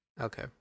Okay